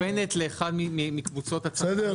פרסומת שמכוונת לאחת מקבוצות הצרכנים.